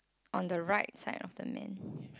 on the right side of the man